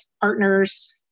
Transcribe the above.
partners